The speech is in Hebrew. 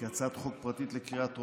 כהצעת חוק פרטית בקריאת טרומית,